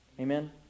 Amen